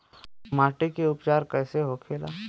माटी के उपचार कैसे होखे ला?